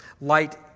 Light